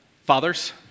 Fathers